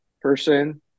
person